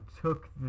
took